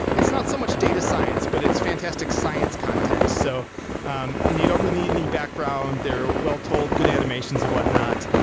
it's not so much data science, but it's fantastic science content. so um you don't really need any background. there are well told good animations and whatnot.